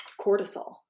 cortisol